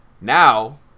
Now